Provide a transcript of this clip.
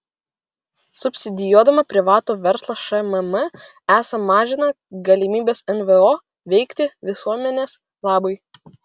subsidijuodama privatų verslą šmm esą mažina galimybes nvo veikti visuomenės labui